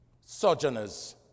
Sojourners